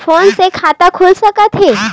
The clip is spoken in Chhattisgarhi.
फोन से खाता खुल सकथे?